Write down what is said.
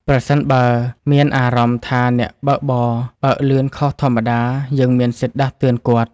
ប្រសិនបើមានអារម្មណ៍ថាអ្នកបើកបរ បើកលឿនខុសធម្មតា យើងមានសិទ្ធិដាស់តឿនគាត់។